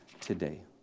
today